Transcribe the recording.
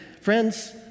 Friends